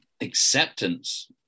acceptance